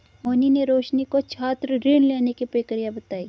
मोहिनी ने रोशनी को छात्र ऋण लेने की प्रक्रिया बताई